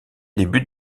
débute